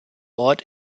ort